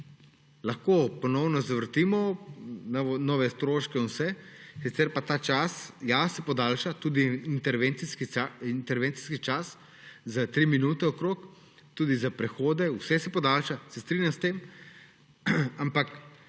Lahko ponovno zavrtimo nove stroške in vse. Sicer pa ta čas, ja, podaljša se tudi intervencijski čas za okoli tri minute, tudi za prehode, vse se podaljša, se strinjam s tem, ampak